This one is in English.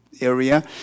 area